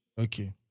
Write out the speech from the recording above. Okay